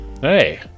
Hey